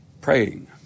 Praying